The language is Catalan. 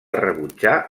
rebutjar